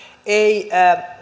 ei